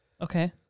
Okay